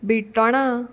ब्रिट्टोणां